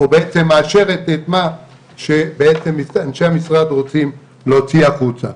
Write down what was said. או בעצם מאשרת את מה שבעצם אנשי המשרד רוצים להוציא החוצה.